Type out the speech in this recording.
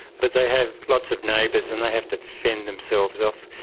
but they have lots of neighbours and they have to fend themselves off,